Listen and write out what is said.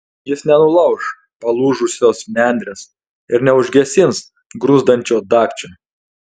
jis nenulauš palūžusios nendrės ir neužgesins gruzdančio dagčio